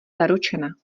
zaručena